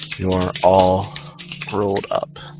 you're all grold up